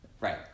right